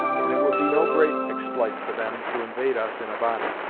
and it would be no great expl'ite for them to invade us in a body.